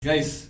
Guys